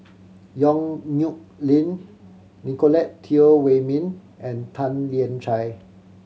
Yong Nyuk Lin Nicolette Teo Wei Min and Tan Lian Chye